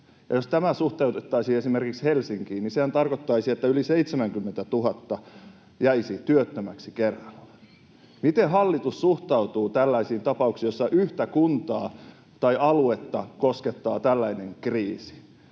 Jos tämä suhteutettaisiin esimerkiksi Helsinkiin, niin sehän tarkoittaisi, että yli 70 000 jäisi työttömäksi kerralla. Miten hallitus suhtautuu tällaisiin tapauksiin, joissa yhtä kuntaa tai aluetta koskettaa tällainen kriisi?